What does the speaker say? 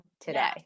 today